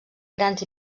grans